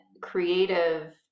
creative